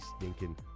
stinking